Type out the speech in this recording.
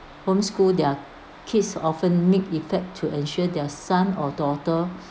homeschool their kids often may in fact to ensure their son or daughter